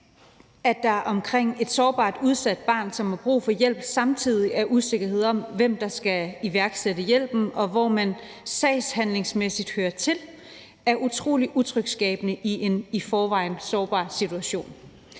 at der omkring et sårbart, udsat barn, som har brug for hjælp, samtidig er usikkerhed om, hvem der skal iværksætte hjælpen, og hvor barnet sagsbehandlingsmæssigt hører til, er utrolig utryghedsskabende, når barnet er i en i forvejen sårbar situation.